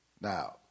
Now